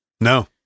no